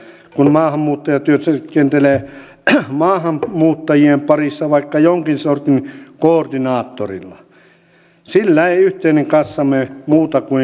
kun maahanmuuttaja työskentelee maahanmuuttajien parissa vaikka jonkin sortin koordinaattorina sillä ei yhteinen kassamme muuta kuin ohenee